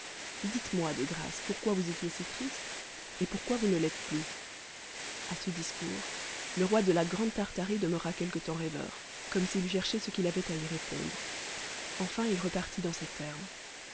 dites-moi de grâce pourquoi vous étiez si triste et pourquoi vous ne l'êtes plus à ce discours le roi de la grande tartarie demeura quelque temps rêveur comme s'il eût cherché ce qu'il avait à y répondre enfin il repartit dans ces termes